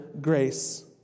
grace